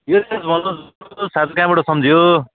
यस यस भन्नुहोस् कहाँबाट सम्झियो